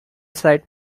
side